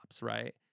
right